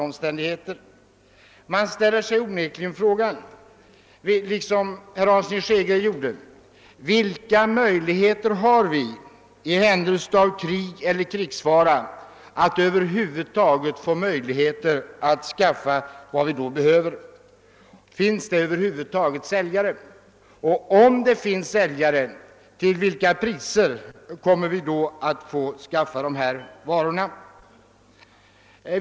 Liksom herr Hansson i Skegrie frågar jag: Vilka möjligheter har vi i händelse av krig eller krigsfara att över huvud taget skaffa vad vi behöver? Finns det i ett sådant läge några säljare? Och om det finns säljare, vilka priser kommer vi att få betala för dessa varor?